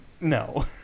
No